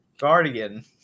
Guardian